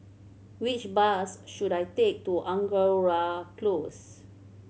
which bus should I take to Angora Close